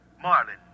Marlin